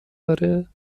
داره